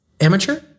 amateur